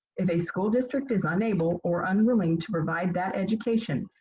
if a school district is unable or unwilling to provide that education,